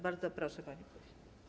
Bardzo proszę, panie pośle.